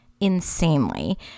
insanely